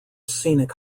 scenic